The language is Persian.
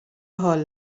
حال